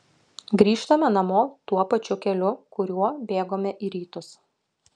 grįžtame namo tuo pačiu keliu kuriuo bėgome į rytus